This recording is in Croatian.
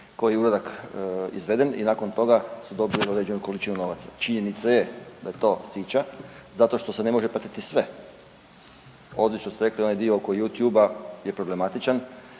koji uradak izveden i nakon toga su dobili određenu količinu novaca. Činjenica je da je sto sića zato što se ne može pratiti sve, ovdje što ste rekli onaj dio oko Youtubea je problematičan,